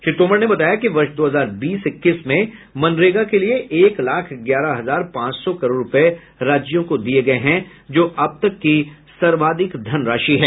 श्री तोमर ने बताया कि वर्ष दो हजार बीस इक्कीस में मनरेगा के लिए एक लाख ग्यारह हजार पांच सौ करोड़ रुपये राज्यों को दिये गए हैं जो अब तक की सर्वाधिक धनराशि है